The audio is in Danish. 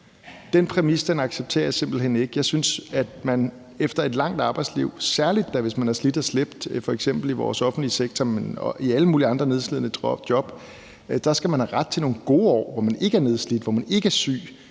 Den præmis accepterer jeg simpelt hen ikke. Jeg synes, at man efter et langt arbejdsliv, særlig da hvis man har slidt og slæbt f.eks. i vores offentlige sektor og i alle mulige andre nedslidende job, skal have ret til nogle gode år, hvor man ikke er nedslidt, hvor man ikke er syg,